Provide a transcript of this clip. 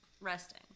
resting